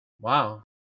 Wow